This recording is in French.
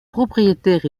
propriétaire